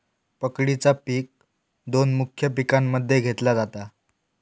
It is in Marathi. पकडीचा पिक दोन मुख्य पिकांमध्ये घेतला जाता